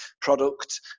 product